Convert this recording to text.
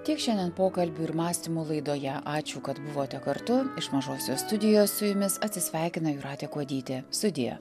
tiek šiandien pokalbių ir mąstymų laidoje ačiū kad buvote kartu iš mažosios studijos su jumis atsisveikina jūratė kuodytė sudie